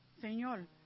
señor